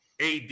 AD